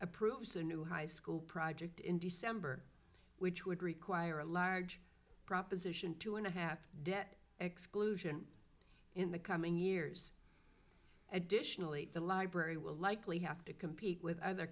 approves a new high school project in december which would require a large proposition two and a half debt exclusion in the coming years additionally the library will likely have to compete with other